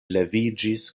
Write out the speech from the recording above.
leviĝis